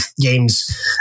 games